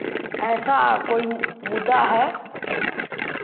ऐसा कोई मुद्दा है